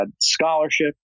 scholarship